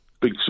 big